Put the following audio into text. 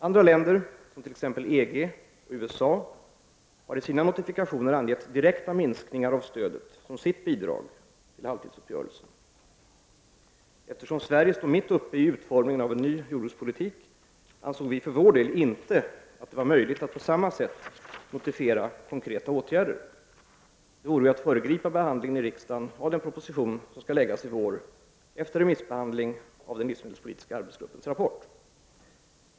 Andra länder, som t.ex. EG-länderna och USA, har i sina notifikationer angett direkta minskningar av stödet som sitt bidrag till halvtidsuppgörelsen. Eftersom Sverige står mitt uppe i utformningen av en ny jordbrukspolitik ansåg vi för vår del inte att det var möjligt att på samma sätt notifiera konkreta åtgärder. Det vore ju att föregripa behandlingen i riksdagen av den proposition som skall läggas i vår efter remissbehandling av den livsmedelspolitiska arbetsgruppens rapport.